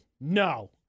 no